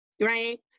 right